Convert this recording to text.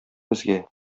безгә